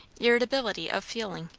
irritability of feeling.